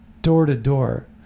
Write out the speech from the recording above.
door-to-door